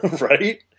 right